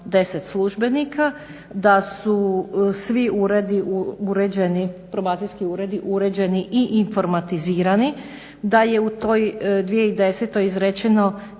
10 službenika, da su svi probacijski uredi uređeni i informatizirani, da je u toj 2010. izrečeno